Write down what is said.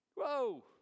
Whoa